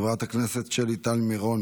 חברת הכנסת שלי טל מירון,